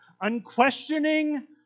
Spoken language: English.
Unquestioning